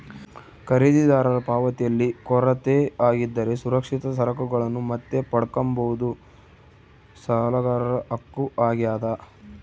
ಖರೀದಿದಾರರ ಪಾವತಿಯಲ್ಲಿ ಕೊರತೆ ಆಗಿದ್ದರೆ ಸುರಕ್ಷಿತ ಸರಕುಗಳನ್ನು ಮತ್ತೆ ಪಡ್ಕಂಬದು ಸಾಲಗಾರರ ಹಕ್ಕು ಆಗ್ಯಾದ